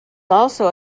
also